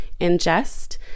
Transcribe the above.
ingest